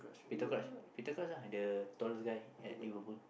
Petercrouch Petercrouch lah the tallest guy at Liverpool